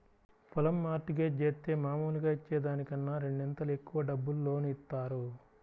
పొలం mortgage జేత్తే మాములుగా ఇచ్చే దానికన్నా రెండింతలు ఎక్కువ డబ్బులు లోను ఇత్తారు